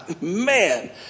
Man